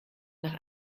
nach